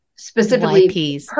Specifically